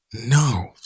No